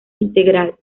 integral